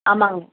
ஆமாங்க